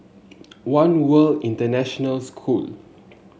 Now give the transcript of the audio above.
One World International School